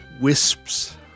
wisps